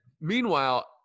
meanwhile